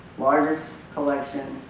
largest collection,